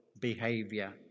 behavior